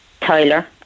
Tyler